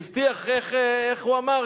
הבטיח, איך הוא אמר?